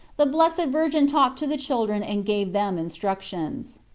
the blessed virgin talked to the children and gave them instructions.